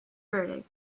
verdict